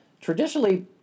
traditionally